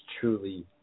truly